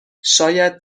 شاید